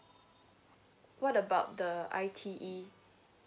what about the I_T_E